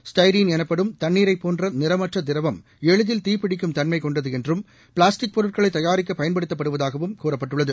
styrene எனப்படும் தண்ணீரைப் போன்றநிறமற்றதிரவம் எளிதில் தீபிடிக்கும் தன்மைகொண்டதுஎன்றும் பிளாஸ்டிக் பொருட்களைதயாரிக்கப் பயன்படுத்தப்படுவதாகவும் கூறியுள்ளது